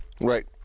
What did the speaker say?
Right